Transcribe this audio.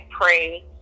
pray